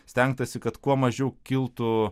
stengtasi kad kuo mažiau kiltų